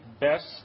best